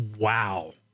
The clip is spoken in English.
Wow